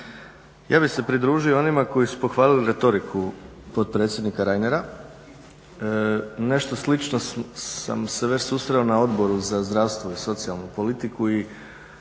Ja bih se pridružio onima koji su pohvalili retoriku potpredsjednika Reinera. Nešto slično sam se već susreo na Odboru za zdravstvo i socijalnu politiku